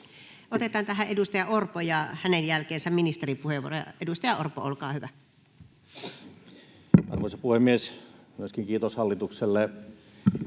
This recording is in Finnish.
Otetaan tähän edustaja Orpo ja hänen jälkeensä ministeripuheenvuoroja. — Edustaja Orpo, olkaa hyvä. Arvoisa puhemies! Kiitos hallitukselle,